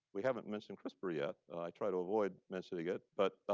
we haven't mentioned crispr yet. i try to avoid mentioning it. but